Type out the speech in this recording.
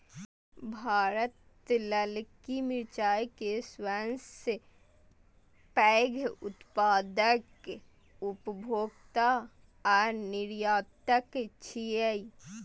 भारत ललकी मिरचाय के सबसं पैघ उत्पादक, उपभोक्ता आ निर्यातक छियै